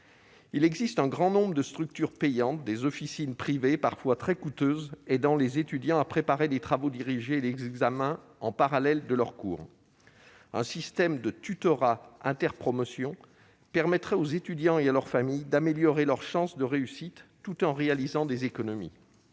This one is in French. Il existe un grand nombre de structures payantes, des « officines privées » parfois très coûteuses, aidant les étudiants à préparer les travaux dirigés et les examens en parallèle de leurs cours. Un système de tutorat interpromotion permettrait aux étudiants d'améliorer leurs chances de réussite et à leur famille de réaliser des économies.